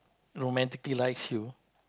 romantically likes you